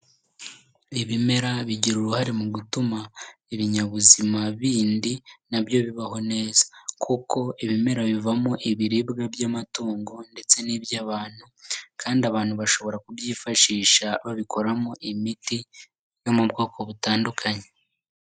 Ibimera bigira uruhare mu gutuma ibinyabuzima bindi nabyo bibaho neza. Kuko ibimera bivamo ibiribwa by'amatungo ndetse n'iby'abantu kandi abantu bashobora kubyifashisha bakora imiti yo mu bwoko butandukanye.